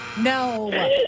No